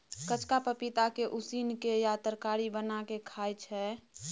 कचका पपीता के उसिन केँ या तरकारी बना केँ खाइ छै